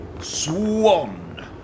swan